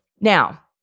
Now